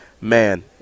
man